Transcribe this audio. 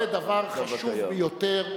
הוא עושה דבר חשוב ביותר.